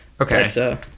Okay